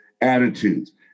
attitudes